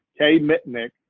kmitnick